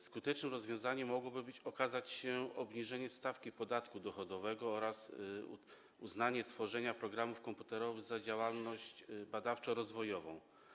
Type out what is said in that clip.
Skutecznym rozwiązaniem mogłyby okazać się obniżenie stawki podatku dochodowego oraz uznanie tworzenia programów komputerowych za działalność badawczo-rozwojową.